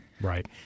Right